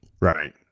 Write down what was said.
right